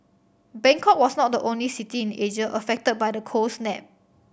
Bangkok was not the only city in Asia affected by the cold snap